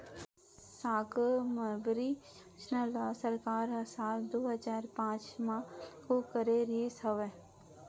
साकम्बरी योजना ल सरकार ह साल दू हजार पाँच म लागू करे रिहिस हवय